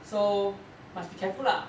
so must be careful lah